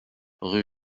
rue